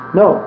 no